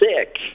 sick